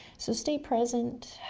so stay present.